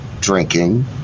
drinking